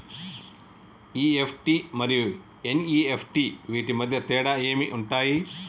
EFT మరియు NEFT వీటి మధ్య తేడాలు ఏమి ఉంటాయి?